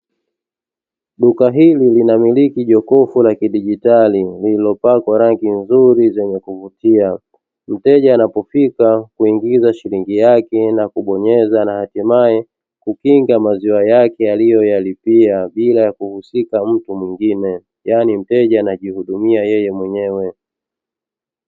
Duka hili lina miliki jokofu la kidigitali liliopakwa rangi nzuri zenye kuvutia, mteja amefika kuingiza shilingi yake na kubonyeza na hatimaye kukinga maziwa yake aliyoyalipia bila ya kuhusika mtu mwingine; yani mteja anajihudumia yeye mwenyewe.